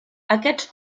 aquests